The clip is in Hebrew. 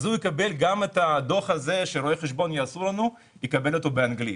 אז הוא יקבל גם את הדוח הזה שרואי החשבון יעשו לנו כשהוא כתוב באנגלית.